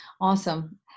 Awesome